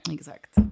Exakt